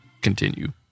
continue